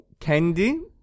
kendi